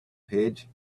page